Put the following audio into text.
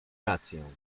rację